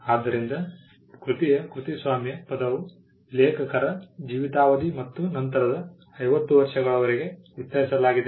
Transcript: ಆದ್ದರಿಂದ ಕೃತಿಯ ಕೃತಿಸ್ವಾಮ್ಯ ಪದವು ಲೇಖಕರ ಜೀವಿತಾವಧಿ ಮತ್ತು ನಂತರದ 50 ವರ್ಷಗಳವರೆಗೆ ವಿಸ್ತರಿಸಲಾಗಿದೆ